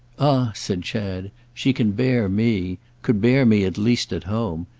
ah, said chad, she can bear me could bear me at least at home.